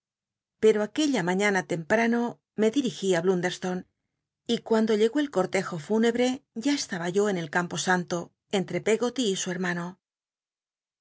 o aquella maiiana tcmptano me dirigí á blunderslone y cuando llegó el cortejo fúnebre ya estaba yo eu el campo santo entre peggoly y su bctmano